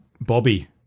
Bobby